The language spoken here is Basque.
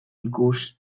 ikus